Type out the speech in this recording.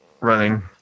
running